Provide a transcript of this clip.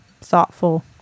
thoughtful